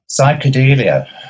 Psychedelia